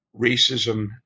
racism